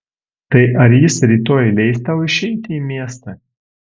tai ar jis rytoj leis tau išeiti į miestą